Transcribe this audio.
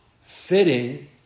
fitting